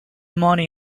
money